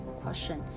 question